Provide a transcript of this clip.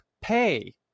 pay